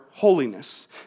Holiness